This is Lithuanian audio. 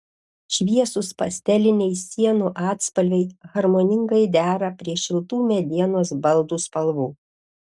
šviesūs pasteliniai sienų atspalviai harmoningai dera prie šiltų medienos baldų spalvų